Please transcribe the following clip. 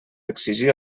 exigir